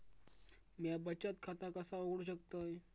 म्या बचत खाता कसा उघडू शकतय?